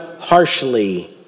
harshly